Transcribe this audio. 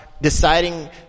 deciding